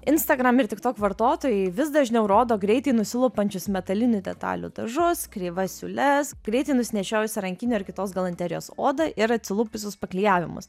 instagram ir tiktok vartotojai vis dažniau rodo greitai nusilupančius metalinių detalių dažus kreivas siūles greitai nusinešiojusių rankinių ar kitos galanterijos odą ir atsilupusius paklijavimus